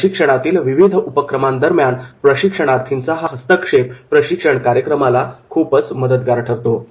प्रशिक्षणातील विविध उपक्रमांदरम्यान प्रशिक्षणार्थींचा हा हस्तक्षेप प्रशिक्षण कार्यक्रमाला मदतगार ठरतो